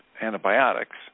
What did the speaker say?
antibiotics